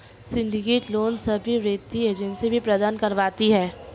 syndicate loan सभी वित्तीय agency भी प्रदान करवाती है